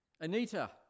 Anita